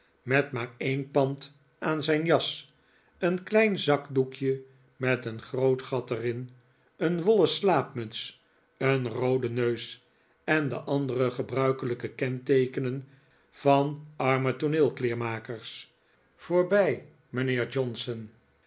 met maar een pand aan zijn jas een klein zakdoekje met een groot gat er in een wollen slaapmuts een rooden neus en de andere gebruikelijke kenteekenen van arme tooneelkleermakers voorbij mijnheer johnson